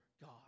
God